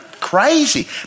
crazy